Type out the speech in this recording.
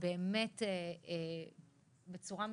בצורה מדהימה,